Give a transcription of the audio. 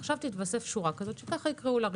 עכשיו תיתוסף שורה כזאת שכך קוראים לה,